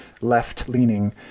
left-leaning